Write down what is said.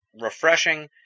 refreshing